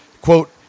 Quote